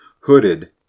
hooded